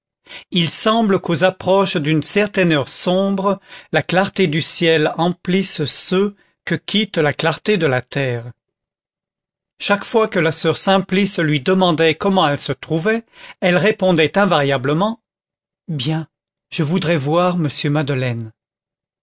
il semble qu'aux approches d'une certaine heure sombre la clarté du ciel emplisse ceux que quitte la clarté de la terre chaque fois que la soeur simplice lui demandait comment elle se trouvait elle répondait invariablement bien je voudrais voir monsieur madeleine